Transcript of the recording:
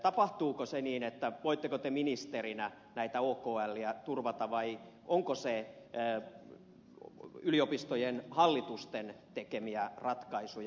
tapahtuuko se niin että te voitte ministerinä näitä okliä turvata vai onko se yliopistojen hallitusten tekemiä ratkaisuja